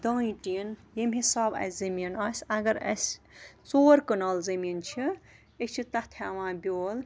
دانہِ ٹیٖن ییٚمہِ حساب اَسہِ زٔمیٖن آسہِ اگر اَسہِ ژور کنال زٔمیٖن چھِ أسۍ چھِ تَتھ ہٮ۪وان بیول